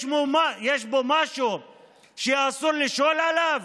יש פה משהו שאסור לשאול עליו?